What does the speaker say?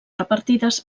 repartides